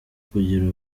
kugira